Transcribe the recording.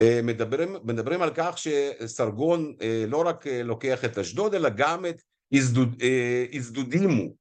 מדברים על כך שסרגון לא רק לוקח את אשדוד אלא גם את איזדודימו